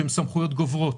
שהן סמכויות גוברות.